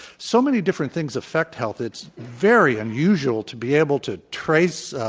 so many different things affect health. it's very unusual to be able to trace